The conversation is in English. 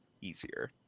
easier